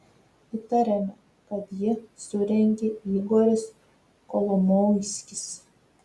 įtariame kad jį surengė igoris kolomoiskis